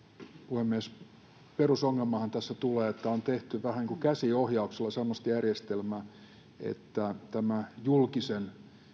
puhemies se perusongelmahan tässä tulee että on tehty vähän niin kuin käsiohjauksella semmoista järjestelmää että julkisen